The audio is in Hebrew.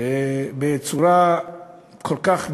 כל כך מהר,